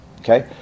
Okay